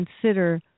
consider